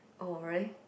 or really